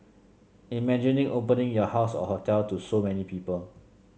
imagine opening your house or hotel to so many people